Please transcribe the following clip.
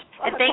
Thank